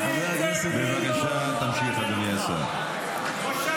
--- ביזה אותך --- בושה